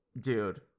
Dude